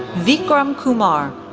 vikram kumar,